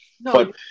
No